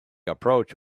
approach